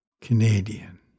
Canadian